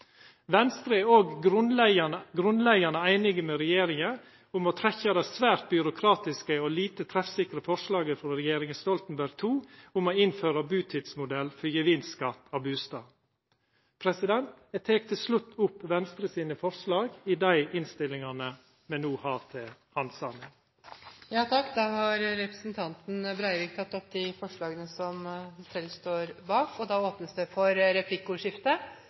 Venstre er òg grunnleggjande einig med regjeringa om å trekkja det svært byråkratiske og lite treffsikre forslaget frå regjeringa Stoltenberg II om å innføra butidsmodell for gevinstskattlegging av bustad. Eg tek til slutt opp Venstre sine forslag i dei innstillingane me no har til handsaming. Representanten Terje Breivik har tatt opp de forslagene han refererte til. Det blir replikkordskifte. Representanten Breivik snakket varmt om miljø i sitt innlegg, og